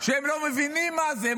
הם לא מבינים מה זה,